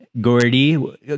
Gordy